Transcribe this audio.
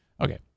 Okay